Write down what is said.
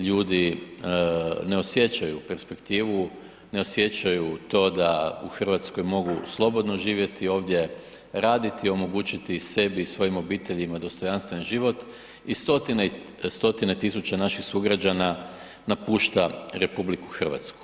Ljudi ne osjećaju perspektivu, ne osjećaju to da u Hrvatskoj mogu slobodno živjeti ovdje, raditi omogućiti sebi i svojim obiteljima dostojanstven život i stotine, stotine tisuća naših sugrađana napušta RH.